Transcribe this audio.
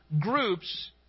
groups